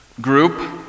group